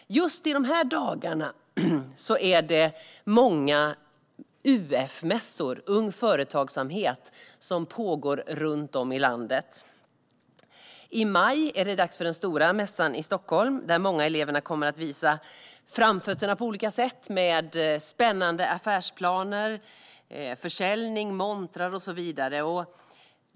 Just i dessa dagar är det många UF-mässor - mässor för ung företagsamhet - som pågår runt om i landet. I maj är det dags för den stora mässan i Stockholm, där många av eleverna kommer att visa framfötterna på olika sätt. De kommer att visa spännande affärsplaner, ha försäljning och montrar och så vidare.